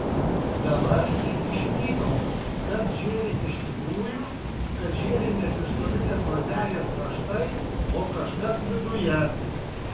dabar ji išvydo kas žėri iš tikrųjų kad žėri ne krištolinės vazelės kraštai o kažkas viduje